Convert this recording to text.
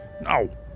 no